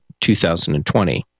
2020